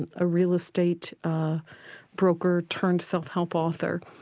and a real estate broker turned self-help author.